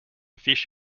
fish